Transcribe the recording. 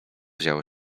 działo